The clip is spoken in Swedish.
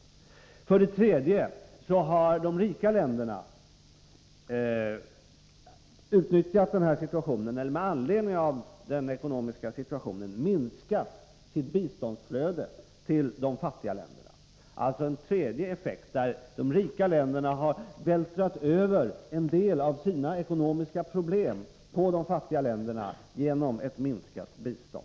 För det tredje har de rika länderna med anledning av den ekonomiska situationen minskat sitt biståndsflöde till de fattiga länderna. De rika länderna har alltså genom att minska biståndet vältrat över en del av sina ekonomiska problem på de fattiga länderna.